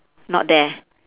not there